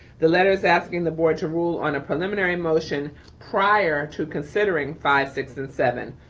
the letters asking the board to rule on a preliminary motion prior to considering five, six, and seven.